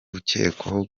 ukekwaho